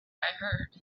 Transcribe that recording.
heard